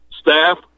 staff